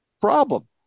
problem